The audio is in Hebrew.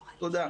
תודה.